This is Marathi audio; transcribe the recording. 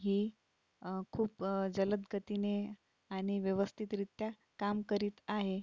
ही खूप जलद गतीने आणि व्यवस्थितरित्या काम करीत आहे